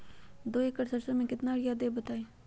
दो एकड़ सरसो म केतना यूरिया देब बताई?